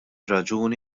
raġuni